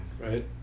right